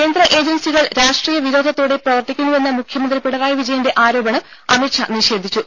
കേന്ദ്ര ഏജൻസികൾ രാഷ്ട്രീയ വിരോധത്തോടെ പ്രവർത്തിക്കുന്നുവെന്ന മുഖ്യമന്ത്രി പിണറായി വിജയന്റെ ആരോപണം അമിത്ഷാ നിഷേധിച്ചു